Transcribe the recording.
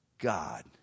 God